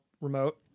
remote